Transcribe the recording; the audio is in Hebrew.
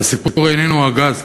והסיפור איננו הגז,